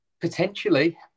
Potentially